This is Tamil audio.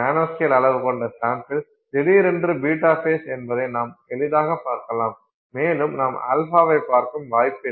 நானோஸ்கேல் அளவு கொண்ட சாம்பிள் திடீரென்று β ஃபேஸ் என்பதை நாம் எளிதாகப் பார்க்கலாம் மேலும் நாம் α வை பார்க்கும் வாய்ப்பில்லை